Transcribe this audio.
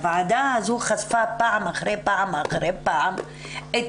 הוועדה הזו חשפה פעם אחרי פעם אחרי פעם את